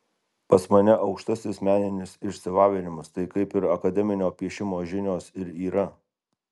pas mane aukštasis meninis išsilavinimas tai kaip ir akademinio piešimo žinios ir yra